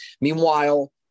Meanwhile